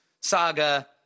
saga